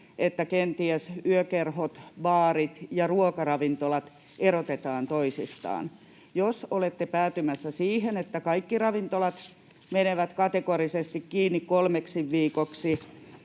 että kenties yökerhot, baarit ja ruokaravintolat erotetaan toisistaan? Jos olette päätymässä siihen, että kaikki ravintolat menevät kategorisesti kiinni kolmeksi viikoksi,